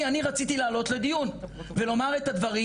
אני אני רציתי לעלות לדיון ולומר את הדברים,